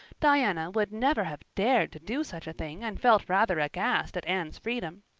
diana would never have dared to do such a thing and felt rather aghast at anne's freedom.